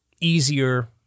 easier